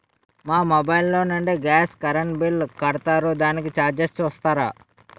మా మొబైల్ లో నుండి గాస్, కరెన్ బిల్ కడతారు దానికి చార్జెస్ చూస్తారా?